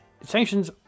sanctions